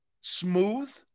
smooth